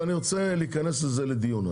אני רוצה להיכנס בזה לדיון.